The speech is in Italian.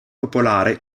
popolare